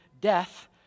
death